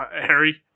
harry